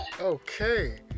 Okay